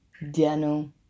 Diano